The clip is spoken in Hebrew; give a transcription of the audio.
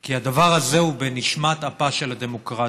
כי הדבר הזה הוא בנשמת אפה של הדמוקרטיה.